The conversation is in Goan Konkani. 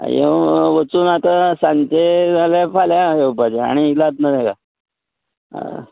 येवं वचू आतां सांजचे जाल्यार फाल्यां येवपाचें आनी इलाज ना तेका आं